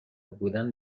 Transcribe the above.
بودن